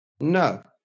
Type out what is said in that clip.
No